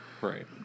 Right